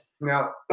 Now